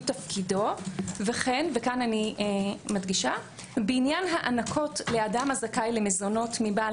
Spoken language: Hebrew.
תפקידו וכן ואני מדגישה בעניין הענקות לאדם הזכאי למזונות מבעל